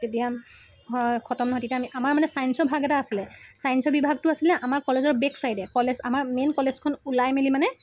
তেতিয়া হয় খতম নহয় তেতিয়া আমি আমাৰ মানে ছায়েন্সৰ ভাগ এটা আছিলে ছায়েন্সৰ বিভাগটো আছিলে আমাৰ কলেজৰ বেক ছাইডে কলেজ আমাৰ মেইন কলেজখন ওলাই মেলি মানে